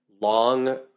long